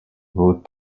vos